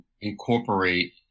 incorporate